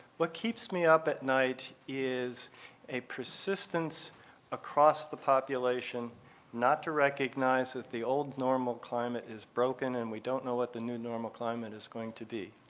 what keeps me up at night is a persistence across the population not to recognize that the old, normal climate is broken and we don't know what the new normal climate is going to be.